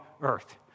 earth